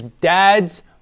dad's